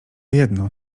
jedno